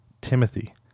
Timothy